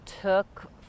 took